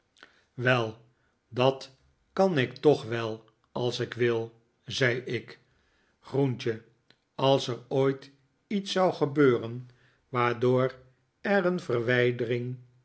wel dat kan ik toch wel als ik wil zei ik groentje als er ooit iets zou gebeuren waardoor er een verwijdering